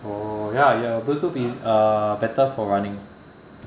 oh ya ya bluetooth is uh better for running